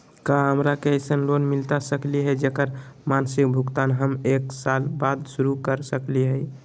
का हमरा के ऐसन लोन मिलता सकली है, जेकर मासिक भुगतान हम एक साल बाद शुरू कर सकली हई?